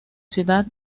ciudad